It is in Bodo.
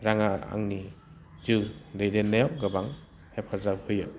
रांआ आंनि जिउ दैदेननायाव गोबां हेफाजाब होयो